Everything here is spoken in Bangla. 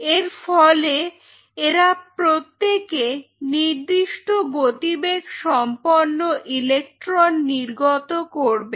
এরফলে এরা প্রত্যেকে নির্দিষ্ট গতিবেগ সম্পন্ন ইলেকট্রন নির্গত করবে